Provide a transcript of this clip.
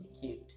Cute